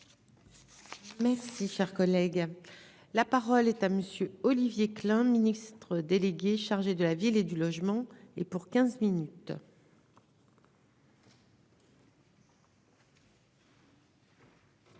Merci, cher collègue. La parole est à monsieur Olivier Klein, ministre délégué chargé de la ville et du logement, et pour quinze minutes. Madame